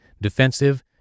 defensive